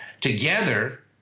together